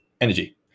energy